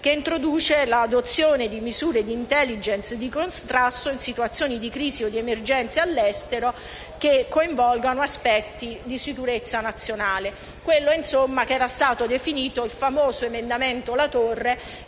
che introduce l'adozione di misure di*intelligence* di contrasto, in situazioni di crisi o di emergenze all'estero che coinvolgano aspetti di sicurezza nazionale. Ricapitolando, si tratta del famoso emendamento Latorre,